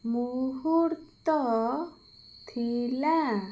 ମୂହୁର୍ତ୍ତ ଥିଲା